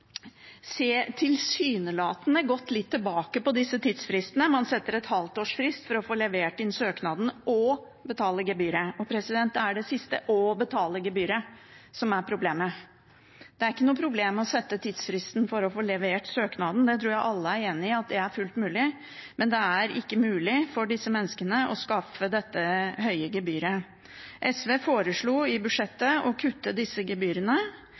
tilsynelatende gått litt tilbake på disse tidsfristene. Man setter et halvt års frist for å få levert inn søknaden og betale gebyret. Det er det siste – å betale gebyret – som er problemet. Det er ikke noe problem å sette den tidsfristen for å få levert søknaden, det tror jeg alle er enig i er fullt mulig, men det er ikke mulig for disse menneskene å skaffe penger til disse høye gebyrene. SV foreslo i budsjettet å kutte disse gebyrene